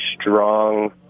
strong